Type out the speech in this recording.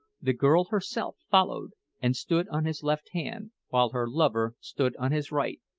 the girl herself followed and stood on his left hand, while her lover stood on his right,